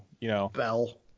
Bell